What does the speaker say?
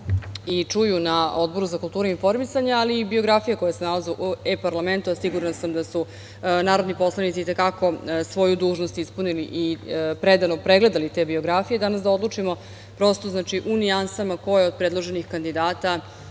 da čuju na Odboru za kulturu i informisanje, ali i biografije koje se nalaze na e-parlamentu, sigurna sam da su narodni poslanici i te kako svoju dužnost ispunili i pregledali te biografije, danas da odlučimo, prosto, u nijansama ko je od predloženih kandidata